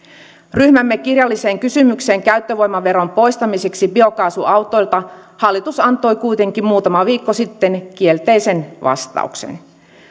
ryhmämme kirjalliseen kysymykseen käyttövoimaveron poistamiseksi biokaasuautoilta hallitus antoi kuitenkin muutama viikko sitten kielteisen vastauksen